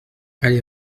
allée